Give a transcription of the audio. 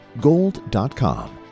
gold.com